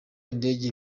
indege